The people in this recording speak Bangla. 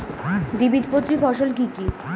দ্বিবীজপত্রী ফসল কি কি?